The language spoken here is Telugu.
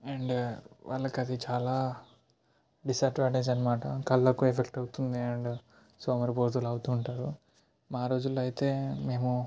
అండ్ వాళ్లకది చాలా డిసడ్వాంటేజ్ అనమాట కళ్ళకు ఎఫెక్ట్ అవుతుంది సోమరిపోతులవుతుంటారు మా రోజుల్లో అయితే మేము